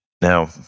Now